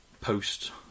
post